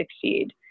succeed